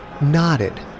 nodded